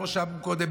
כמו שאמרו קודם,